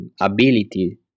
ability